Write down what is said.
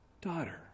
daughter